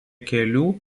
kelių